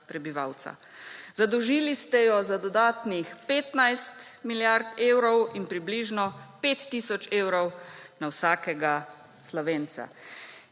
prebivalca. Zadolžili ste jo za dodatnih 15 milijard evrov in približno 5 tisoč evrov na vsakega Slovenca.